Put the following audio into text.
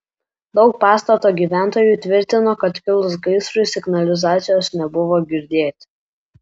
daug pastato gyventojų tvirtino kad kilus gaisrui signalizacijos nebuvo girdėti